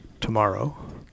tomorrow